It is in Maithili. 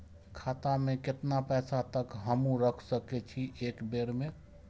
खाता में केतना पैसा तक हमू रख सकी छी एक बेर में?